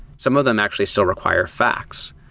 some of them actually still require facts.